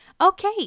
Okay